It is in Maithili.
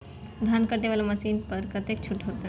धान कटे वाला मशीन पर कतेक छूट होते?